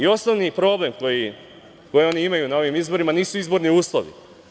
Osnovni problem koji oni imaju na ovim izborima nisu izborni uslovi.